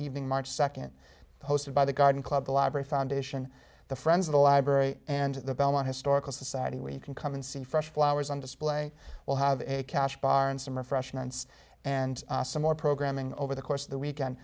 evening march second hosted by the garden club the la brea foundation the friends of the library and the belmont historical society where you can come and see fresh flowers on display we'll have a cash bar and some refreshments and some more programming over the course of the weekend